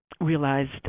realized